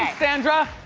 sandra.